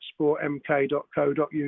sportmk.co.uk